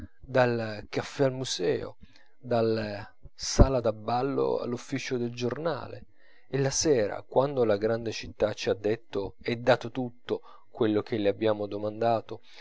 dal caffè al museo dalla sala da ballo all'ufficio del giornale e la sera quando la grande città ci ha detto e dato tutto quello che le abbiamo domandato